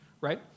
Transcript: right